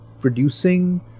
producing